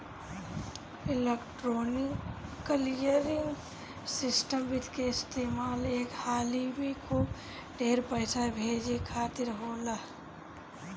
electronic clearing system विधि के इस्तेमाल एक हाली में खूब ढेर पईसा भेजे खातिर होला